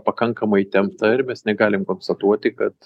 pakankamai įtempta ir mes negalim konstatuoti kad